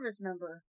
member